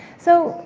so,